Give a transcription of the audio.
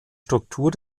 struktur